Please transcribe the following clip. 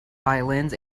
violins